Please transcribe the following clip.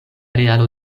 realo